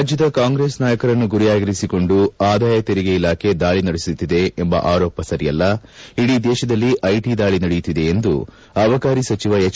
ರಾಜ್ಞದ ಕಾಂಗ್ರೆಸ್ ನಾಯಕರನ್ನು ಗುರಿಯಾಗಿಸಿಕೊಂಡು ಆದಾಯ ತೆರಿಗೆ ಇಲಾಖೆ ದಾಳಿ ನಡೆಸುತ್ತಿದೆ ಎಂಬ ಆರೋಪ ಸರಿಯಲ್ಲ ಇಡೀ ದೇಶದಲ್ಲಿ ಐಟಿ ದಾಳಿ ನಡೆಯುತ್ತಿದೆ ಎಂದು ಅಬಕಾರಿ ಸಚಿವ ಹೆಚ್